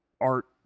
art